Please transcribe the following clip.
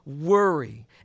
worry